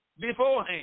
beforehand